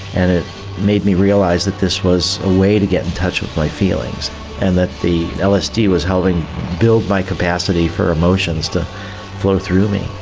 and it made me realise that this was a way to get in touch with my feelings and that the lsd was helping build my capacity for emotions to flow through me.